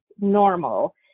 normal